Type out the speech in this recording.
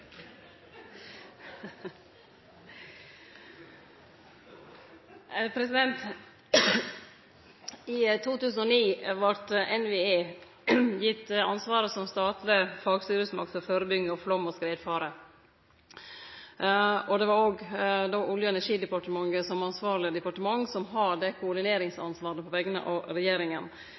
I 2009 vart NVE gitt ansvaret som statleg fagstyresmakt for førebygging av flaum og skredfare. Det er Olje- og energidepartementet som ansvarleg departement som har koordineringsansvaret på vegner av regjeringa.